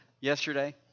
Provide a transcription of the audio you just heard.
yesterday